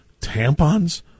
tampons